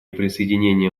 присоединение